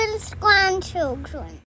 grandchildren